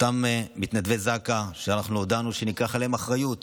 אותם מתנדבי זק"א שהודענו שניקח עליהם אחריות